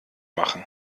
machen